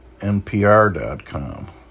NPR.com